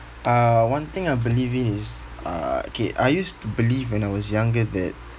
uh one thing I believe in is uh K I used to believe when I was younger that